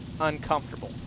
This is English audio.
uncomfortable